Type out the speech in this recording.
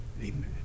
Amen